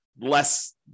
less